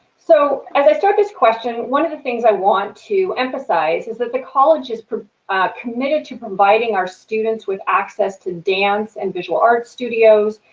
so, as i start this question, one of the things i want to emphasize is that the college is committed to providing our students with access to dance and visual arts studios,